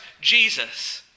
Jesus